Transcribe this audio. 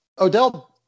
Odell